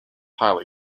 highly